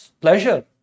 pleasure